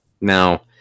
Now